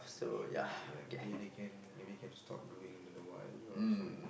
maybe ya maybe they can maybe can stop doing it in a while or some